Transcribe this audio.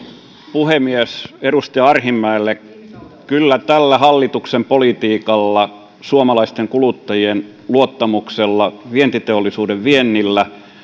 puhemies edustaja arhinmäelle kyllä tällä hallituksen politiikalla suomalaisten kuluttajien luottamuksella vientiteollisuuden viennillä